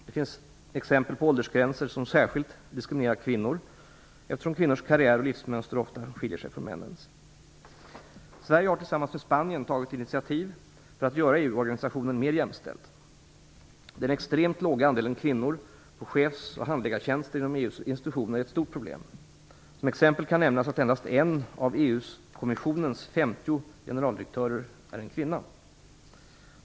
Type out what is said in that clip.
Det finns exempel på åldersgränser som särskilt diskriminerar kvinnor eftersom kvinnors karriär och livsmönster ofta skiljer sig från männens. Sverige har tillsammans med Spanien tagit initiativ för att göra EU-organisationen mer jämställd. Den extremt låga andelen kvinnor på chefs och handläggartjänster inom EU:s institutioner är ett stort problem. Som exempel kan nämnas att endast en av EU-kommissionens 50 generaldirektörer är en kvinna.